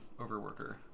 Overworker